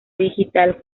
digital